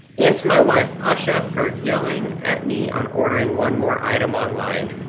and to my wife, usha, for yelling at me on ordering one more item online.